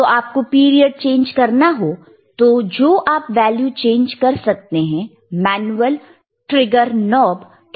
तो आप को पीरियड चेंज करना है जो आप वैल्यू चेंज कर सकते हैं मैनुअल ट्रिगर नॉब के मदद से